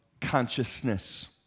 Consciousness